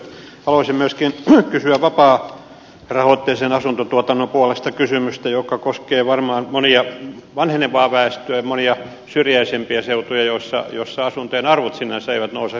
haluaisin myöskin kysyä vapaarahoitteisen asuntotuotannon puolesta kysymystä joka koskee varmaan vanhenevaa väestöä ja monia syrjäisempiä seutuja joissa asuntojen arvot sinänsä eivät nouse hyvin korkealle